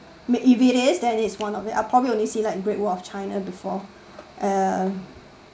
I mean if it is then it's one of it I probably only seen great wall of china before um